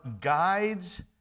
guides